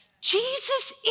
Jesus